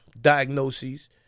diagnoses